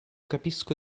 capisco